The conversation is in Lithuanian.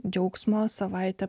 džiaugsmo savaitę